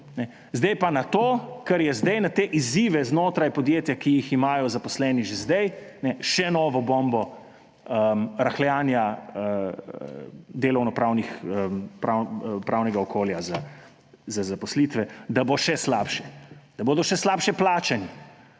Sedaj pa na to, kar je sedaj na te izzive znotraj podjetja, ki jih imajo zaposleni že sedaj, še novo bombo rahljanja delovnopravnega okolja za zaposlitve, da bo še slabše, da bodo še slabše plačani,